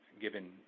given